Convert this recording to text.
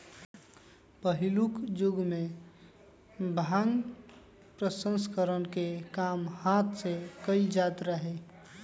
पहिलुक जुगमें भांग प्रसंस्करण के काम हात से कएल जाइत रहै